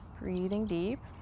breathing deep.